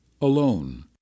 alone